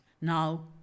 now